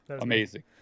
amazing